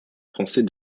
français